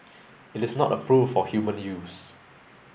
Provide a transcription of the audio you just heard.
it is not approved for human use